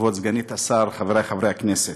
כבוד סגנית השר, חברי חברי הכנסת,